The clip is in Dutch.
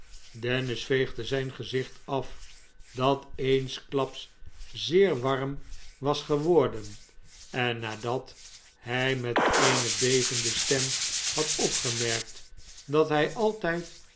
dennis veegde zijn gezicht af dat eensklaps zeer warm was geworden en nadat hij met eene bevende stem had opgemerkt dat hij altijd